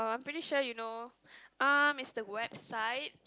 I'm pretty sure you know um it's the website